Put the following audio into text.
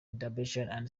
buchanan